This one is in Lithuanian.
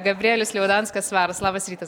gabrielius liaudanskas svaras labas rytas